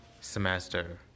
semester